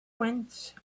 went